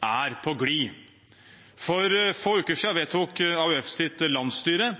er på glid. For få uker siden vedtok AUFs landsstyre